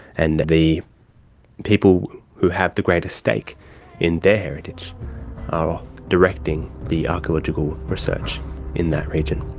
and the people who have the greatest stake in their heritage are ah directing the archaeological research in that region.